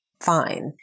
fine